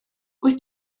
wyt